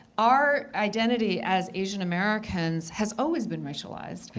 our identity as asian-americans has always been racialized,